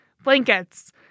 blankets